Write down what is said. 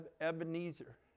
ebenezer